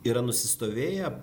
yra nusistovėję